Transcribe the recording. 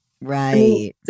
Right